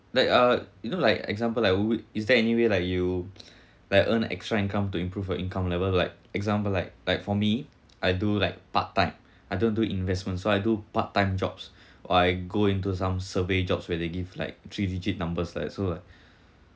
like uh you know like example like would is there any way like you like earn extra income to improve your income level like example like like for me I do like part time I don't do investment so I do part time jobs or I go into some survey jobs where they give like three digit numbers like so like